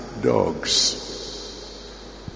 dogs